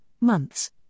months